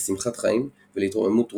לשמחת חיים ולהתרוממות רוח,